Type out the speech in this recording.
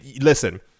listen